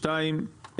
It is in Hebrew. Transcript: שתיים,